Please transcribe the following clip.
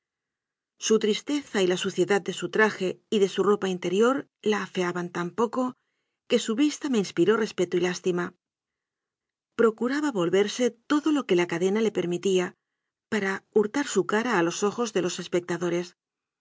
su tristeza y la suciedad de su traje y de su ropa in terior la afeaban tan poco que su vista me inspiró respeto y lástima procuraba volverse todo lo que la cadena le permitía para hurtar su cara a los ojos de los espectadores